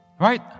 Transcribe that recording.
Right